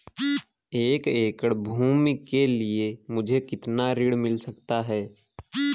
एक एकड़ भूमि के लिए मुझे कितना ऋण मिल सकता है?